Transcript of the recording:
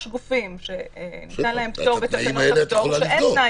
יש גופים ש- -- שאין תנאי כזה.